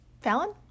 Fallon